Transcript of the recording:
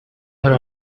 her